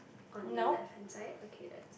on the left hand side okay that's